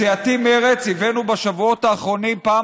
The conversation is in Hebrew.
בסיעתי מרצ הבאנו בשבועות האחרונים פעם